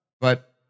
But-